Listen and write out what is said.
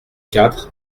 quatre